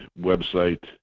website